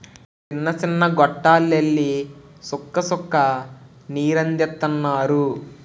సిన్న సిన్న గొట్టాల్లెల్లి సుక్క సుక్క నీరందిత్తన్నారు